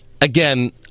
Again